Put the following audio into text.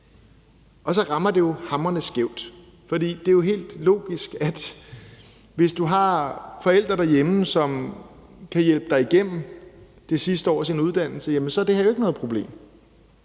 Og så rammer det her jo hamrende skævt. For det er jo helt logisk, at hvis du har forældre derhjemme, som kan hjælpe dig igennem det sidste år af din uddannelse, er det her ikke noget problem,